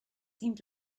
seemed